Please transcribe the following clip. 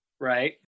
right